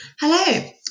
Hello